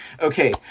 Okay